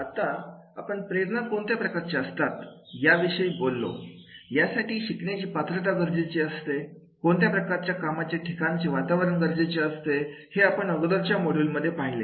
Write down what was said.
आता आपण प्रेरणा कोणत्या प्रकारच्या असतात याविषयी बोललो यासाठी शिकणाऱ्याची पात्रता गरजेची असते कोणत्या प्रकारचे कामाच्या ठिकाणचे वातावरण गरजेचे असते हे आपण अगोदरच्या मोड्यूल मध्ये पाहिले